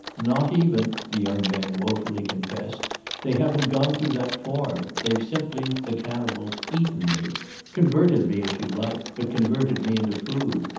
not even! the young man woefully confessed they haven't gone through that form. they've simply the cannibals eaten me converted me if you like, but converted me into food.